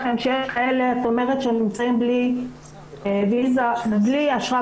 את אומרת שהן נמצאות ללא ויזה ביד.